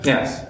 Yes